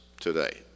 today